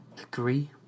agree